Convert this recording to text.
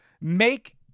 make